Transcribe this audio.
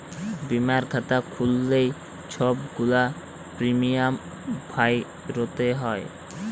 বীমার খাতা খ্যুইল্লে ছব গুলা পিরমিয়াম ভ্যইরতে হ্যয়